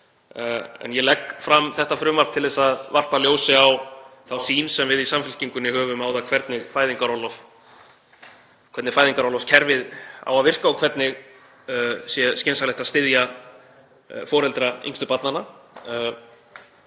En ég legg fram þetta frumvarp til að varpa ljósi á þá sýn sem við í Samfylkingunni höfum á það hvernig fæðingarorlofskerfið á að virka og hvernig sé skynsamlegt að styðja foreldra yngstu barnanna.